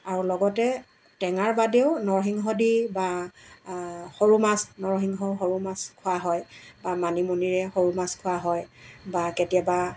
আৰু লগতে টেঙাৰ বাদেও নৰসিংহ দি বা সৰু মাছ নৰসিংহ সৰু মাছ খোৱা হয় বা মানিমুনিৰে সৰু মাছ খোৱা হয় বা কেতিয়াবা